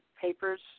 papers